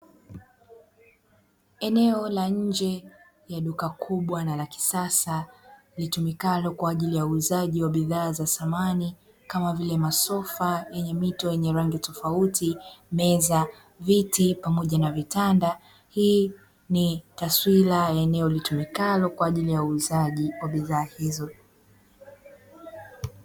Eneo la nje ya duka kubwa la kisasa litumikalo kwaajili ya uuzaji wa bidhaa za samani kama vile: masofa yenye mito yenye rangi tofauti, meza, viti pamoja na vitanda; hii ni taswira ya eneo litumikalo kwaajili ya uuzaji wa bidhaa hizo.